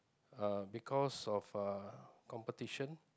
uh because of uh competition